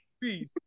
Please